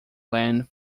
land